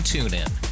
TuneIn